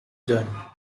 done